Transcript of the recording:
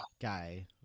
guy